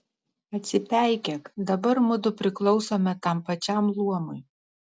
atsipeikėk dabar mudu priklausome tam pačiam luomui